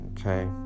okay